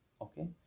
okay